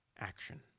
action